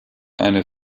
eine